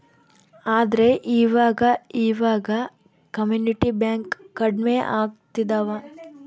ಆದ್ರೆ ಈವಾಗ ಇವಾಗ ಕಮ್ಯುನಿಟಿ ಬ್ಯಾಂಕ್ ಕಡ್ಮೆ ಆಗ್ತಿದವ